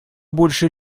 больше